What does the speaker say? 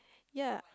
ya